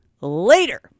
later